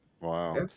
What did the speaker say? Wow